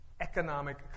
economic